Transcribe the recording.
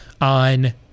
on